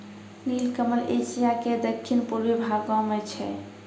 नीलकमल एशिया के दक्खिन पूर्वी भागो मे छै